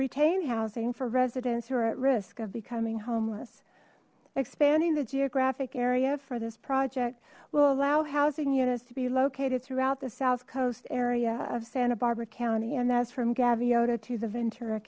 retain housing for residents who are at risk of becoming homeless expanding the geographic area for this project will allow housing units to be located throughout the south coast area of santa barbara county and as from gaviota to the ventura